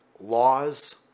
Laws